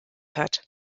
hat